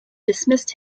dismissed